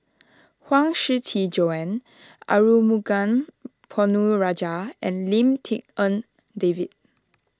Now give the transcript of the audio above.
Huang Shiqi Joan Arumugam Ponnu Rajah and Lim Tik En David